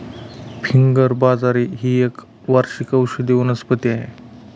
finger बाजरी ही एक वार्षिक औषधी वनस्पती आहे